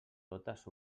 totes